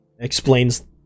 explains